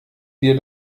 dir